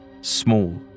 small